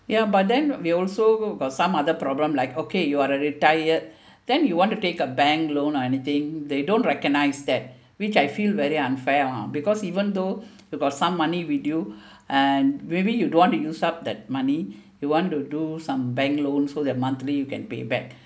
ya but then they also got some other problem like okay you're a retired then you want to take a bank loan or anything they don't recognize that which I feel very unfair ah because even though we've got some money with you and maybe you don't want to use up that money you want to do some bank loans so that monthly you can pay back